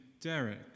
Derek